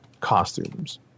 Costumes